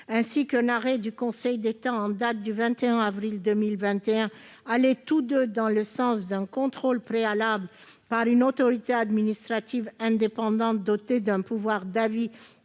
et celui du Conseil d'État du 21 avril 2021 allaient tous deux dans le sens d'un contrôle préalable par une autorité administrative indépendante dotée d'un pouvoir d'avis